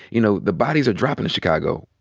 you know, the bodies are dropping in chicago.